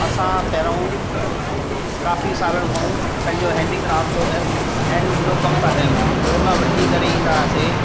असां पहिरियां काफ़ी साल खां पंहिंजो हैंडी क्राफ्ट जो हैंडलूम जो कमु था कयूं रोल वठी करे ईंदा हुआसीं